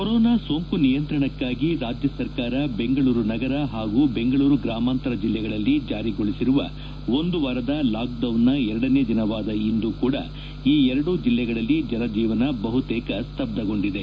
corona ಸೋಂಕು ನಿಯಂತ್ರಣಕ್ಕಾಗಿ ರಾಜ್ಯ ಸರ್ಕಾರ ಬೆಂಗಳೂರು ನಗರ ಹಾಗೂ ಬೆಂಗಳೂರು ಗ್ರಾಮಾಂತರ ಜಿಲ್ಲೆಗಳಲ್ಲಿ ಜಾರಿಗೊಳಿಸಿರುವ ಒಂದು ವಾರದ ಲಾಕ್ಡೌನ್ನ ಎರಡನೇ ದಿನವಾದ ಇಂದು ಕೂಡ ಈ ಎರಡು ಜಿಲ್ಲೆಗಳಲ್ಲಿ ಜನಜೀವನ ಬಹುತೇಕ ಸ್ತಬ್ನಗೊಂಡಿದೆ